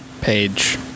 page